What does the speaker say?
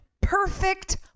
perfect